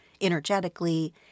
energetically